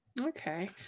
Okay